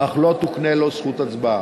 אך לא תוקנה לו זכות הצבעה.